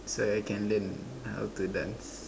so I can learn how to dance